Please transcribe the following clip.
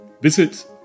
visit